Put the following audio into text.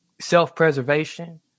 self-preservation